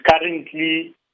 currently